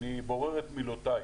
ואני בורר את מילותיי